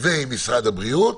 ומשרד הבריאות.